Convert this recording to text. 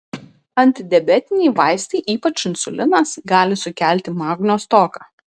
antidiabetiniai vaistai ypač insulinas gali sukelti magnio stoką